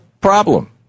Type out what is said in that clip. problem